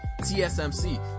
TSMC